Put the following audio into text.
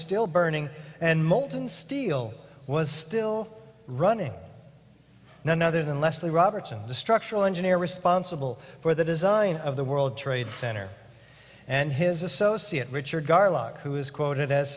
still burning and molten steel was still running none other than leslie robertson the structural engineer responsible for the design of the world trade center and his associate richard garlick who is quoted as